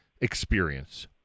experience